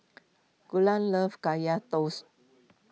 Galen loves Kaya Toast